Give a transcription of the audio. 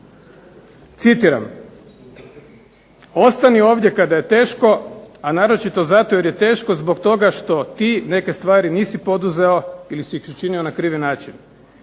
Citiram: "Ostani ovdje kada je teško, a naročito zato jer je teško zbog toga što ti neke stvari nisi poduzeo ili si ih učinio na krivi način.